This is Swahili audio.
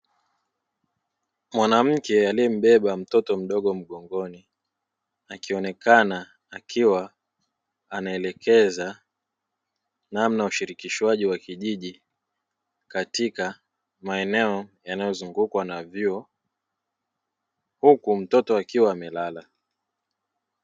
Mwanamke aliyembeba mtoto mdogo mgongoni akionekana akiwa anaelekeza namna ushirikishwaji wa kijiji katika maeneo yanayozungukwa na vyuo huku mtoto akiwa amelala.